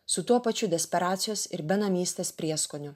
su tuo pačiu desperacijos ir benamystės prieskoniu